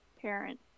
parent